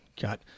got